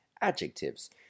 adjectives